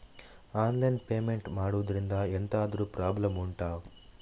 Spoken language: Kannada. ಆನ್ಲೈನ್ ಪೇಮೆಂಟ್ ಮಾಡುದ್ರಿಂದ ಎಂತಾದ್ರೂ ಪ್ರಾಬ್ಲಮ್ ಉಂಟಾ